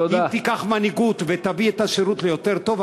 אם תיקח מנהיגות ותעשה את השירות ליותר טוב,